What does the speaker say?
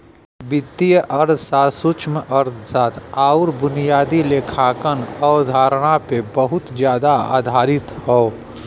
वित्तीय अर्थशास्त्र सूक्ष्मअर्थशास्त्र आउर बुनियादी लेखांकन अवधारणा पे बहुत जादा आधारित हौ